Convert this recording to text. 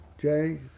Jay